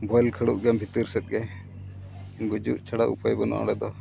ᱜᱚᱦᱚᱲ ᱠᱷᱟᱹᱲᱚᱜ ᱜᱮᱭᱟᱢ ᱵᱷᱤᱛᱤᱨ ᱥᱮᱫᱜᱮ ᱜᱩᱡᱩᱜ ᱪᱷᱟᱲᱟ ᱩᱯᱟᱹᱭ ᱵᱟᱹᱱᱩᱜᱼᱟ ᱚᱸᱰᱮ ᱫᱚ